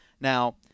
Now